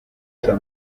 gitwe